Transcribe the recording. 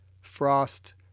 Frost